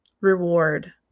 reward